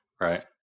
right